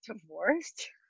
divorced